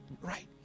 Right